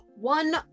one